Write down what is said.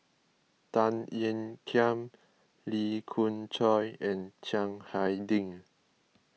Tan Ean Kiam Lee Khoon Choy and Chiang Hai Ding